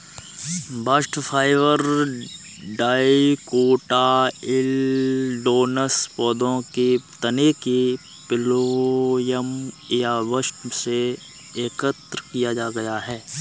bast fibre dicotyledonous पौधों के तने के फ्लोएम या बस्ट से एकत्र किया गया है